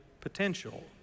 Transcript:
potential